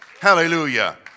hallelujah